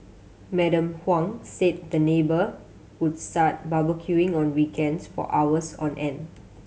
Madam Huang said the neighbour would start barbecuing on weekends for hours on end